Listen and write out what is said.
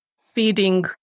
feeding